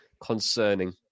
concerning